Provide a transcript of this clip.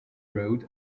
road